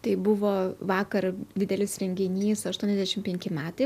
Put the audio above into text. tai buvo vakar didelis renginys aštuoniasdešim penki metai